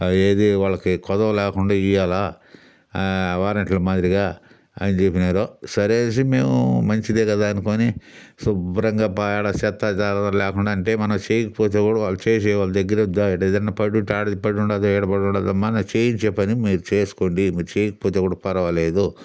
ఏదీ వాళ్ళకి కొదవ లేకుండా ఇయ్యాల వాలెంట్ల మాదిరిగా అని చెప్పినారు సరే అనేసి మేము మంచిదే కదా అనుకుని శుభ్రంగా పేడ చెత్త చెదారం లేకుండా అంటే మనం చెయ్యకపోతే ఎవడు వాడూ చేసేవాళ్ళ దగ్గర ఏదన్నా పడుంటే ఆడ పడుండాది ఈడ పడుండాది మనం చేయించే పని మీరు చేసుకోండి మీరు చెయ్యకపోతే కూడా పరవాలేదు